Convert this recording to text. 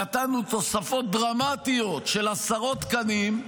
נתנו תוספות דרמטיות של עשרות תקנים.